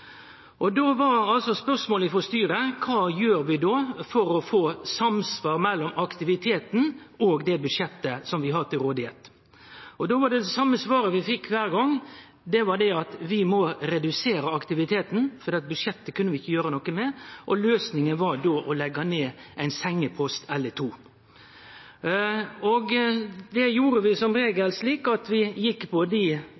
Då var spørsmålet frå styret: Kva gjer vi då for å få samsvar mellom aktiviteten og det budsjettet vi har til rådigheit? Då var det same svaret vi fekk kvar gong, at vi må redusere aktiviteten, for budsjettet kunne vi ikkje gjere noko med. Løysinga var då å leggje ned ein sengepost eller to. Det gjorde vi som regel slik at vi gjekk på dei